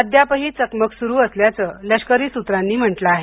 अद्यापही चकमक सुरु असल्याचं लष्करी सूत्रांनी म्हटलं आहे